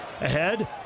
Ahead